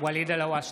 ואליד אלהואשלה,